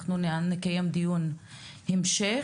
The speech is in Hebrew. אנחנו נקיים דיון המשך.